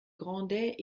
grondait